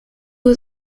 was